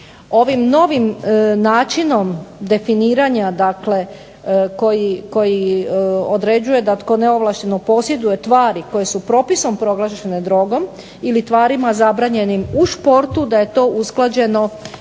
Ovim novim načinom definiranja, dakle koji određuje da tko neovlašteno posjeduje tvari koje su propisom proglašene drogom ili tvarima zabranjenim u športu da je to usklađeno sa